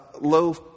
low